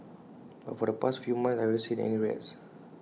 but for the past few months I haven't seen any rats